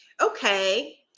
Okay